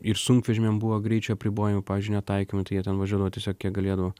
ir sunkvežimiam buvo greičio apribojimų pavyzdžiui netaikymų tai jie ten važiuodavo tiesiog kiek galėdavo